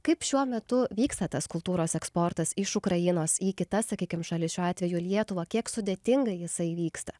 kaip šiuo metu vyksta tas kultūros eksportas iš ukrainos į kitas sakykime šalis šiuo atveju lietuva kiek sudėtinga jisai vyksta